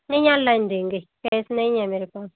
नहीं ऑनलाइन देंगे कैश नहीं है मेरे पास